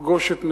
אפגוש את נכדי.